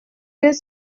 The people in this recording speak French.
yeux